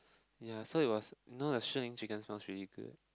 ya so it was you know the Shihlin chicken smells really good